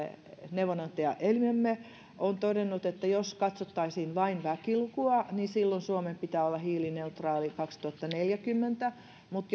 neuvonantajaelimemme on todennut että jos katsottaisiin vain väkilukua suomen pitää olla hiilineutraali kaksituhattaneljäkymmentä mutta